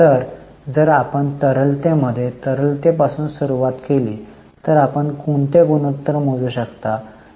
तर जर आपण तरलतेमध्ये तरलतेपासून सुरुवात केली तर आपण कोणते गुणोत्तर मोजू इच्छिता